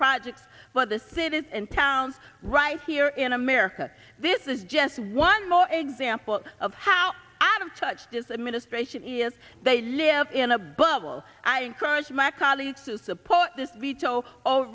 project what the state is in town right here in america this is just one more example of how out of touch this administration is they live in a bubble i encourage my